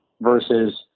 versus